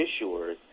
issuers